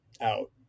out